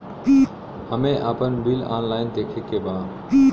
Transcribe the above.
हमे आपन bill online देखे के बा?